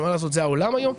שעובר לעשות את זה העולם היום.